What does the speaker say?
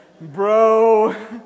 bro